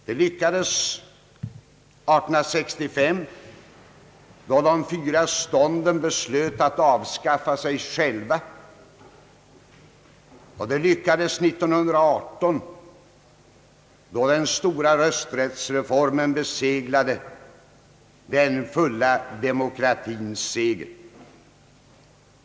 Det lyckades 1865 då de fyra stånden beslöt att avskaffa sig själva, och det lyckades 1918 då den stora rösträttsreformen beseglade den fulla demokratins seger.